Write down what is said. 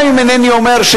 גם איני אומר,